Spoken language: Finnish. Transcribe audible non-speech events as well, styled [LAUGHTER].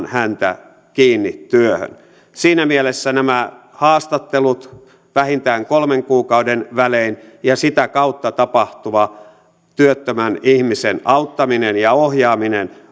[UNINTELLIGIBLE] häntä kiinni työhön siinä mielessä nämä haastattelut vähintään kolmen kuukauden välein ja sitä kautta tapahtuva työttömän ihmisen auttaminen ja ohjaaminen